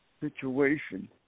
situation